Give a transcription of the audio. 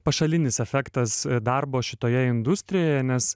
pašalinis efektas darbo šitoje industrijoje nes